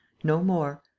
no more.